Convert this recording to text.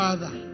Father